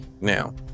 Now